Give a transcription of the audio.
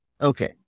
okay